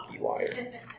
wire